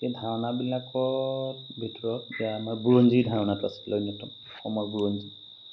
সেই ধাৰণাবিলাকত ভিতৰত এতিয়া আমাৰ বুৰঞ্জীৰ ধাৰণাটো আছিলে অন্যতম অসমৰ বুৰঞ্জী